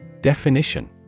Definition